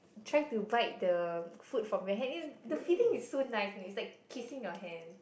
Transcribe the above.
try to bite the food from my hand and the feeling is so nice and it's like kissing your hand